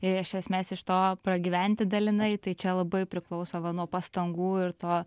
ir iš esmės iš to pragyventi dalinai tai čia labai priklauso va nuo pastangų ir to